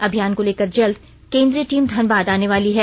अभियान को लेकर जल्द केंद्रीय टीम धनबाद आने वाली है